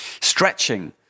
stretching